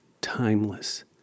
timeless